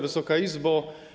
Wysoka Izbo!